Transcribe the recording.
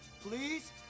please